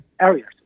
areas